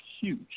huge